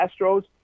Astros